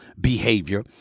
behavior